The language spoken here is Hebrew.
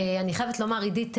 אני חייבת לומר: עדית,